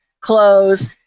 clothes